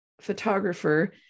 photographer